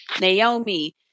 Naomi